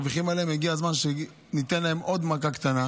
הגיע הזמן שניתן להם עוד מכה קטנה,